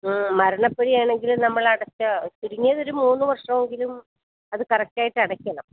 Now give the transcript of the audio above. മരണപ്പെടുകയാണെങ്കിൽ നമ്മളടച്ച ചുരുങ്ങിയതൊരു മൂന്ന് വർഷമെങ്കിലും അത് കറക്റ്റായിട്ടടക്കണം